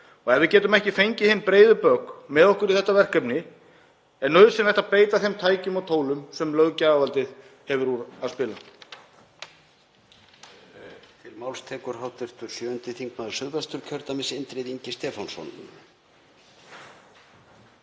Og ef við getum ekki fengið hin breiðu bök með okkur í þetta verkefni er nauðsynlegt að beita þeim tækjum og tólum sem löggjafarvaldið hefur úr að spila.